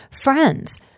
friends